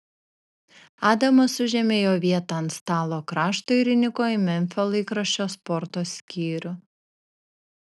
adamas užėmė jo vietą ant stalo krašto ir įniko į memfio laikraščio sporto skyrių